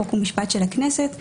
חוק ומשפט של הכנסת,